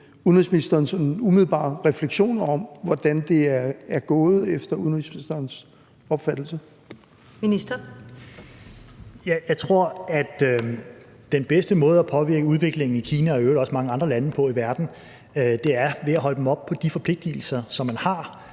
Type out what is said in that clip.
Første næstformand (Karen Ellemann): Ministeren. Kl. 18:55 Udenrigsministeren (Jeppe Kofod): Jeg tror, at den bedste måde at påvirke udviklingen i Kina og i øvrigt også mange andre lande i verden på er ved at holde dem op på de forpligtigelser, som de har.